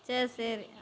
சரி சரி